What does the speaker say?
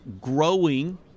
growing